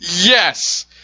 Yes